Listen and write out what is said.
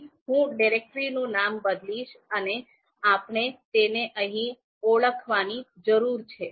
તેથી હું આ ડિરેક્ટરીનું નામ બદલીશ અને આપણે તેને અહીં ઓળખવાની જરૂર છે